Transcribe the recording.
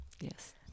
Yes